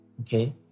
okay